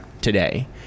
today